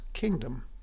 kingdom